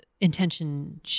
intention